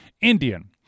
Indian